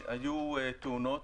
היו תאונות